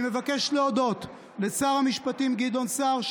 אני מבקש להודות גם לשר המשפטים גדעון סער,